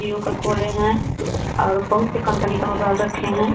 जियो का खोले हैं और बहुत से कम्पनी का मोबाइल रखे हैं